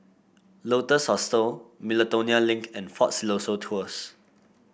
Lotus Hostel Miltonia Link and Fort Siloso Tours